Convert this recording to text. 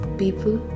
people